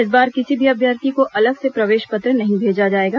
इस बार किसी भी अम्यर्थी को अलग से प्रवेश पत्र नहीं भेजा जाएगा